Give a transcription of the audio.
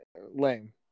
lame